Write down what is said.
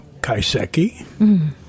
kaiseki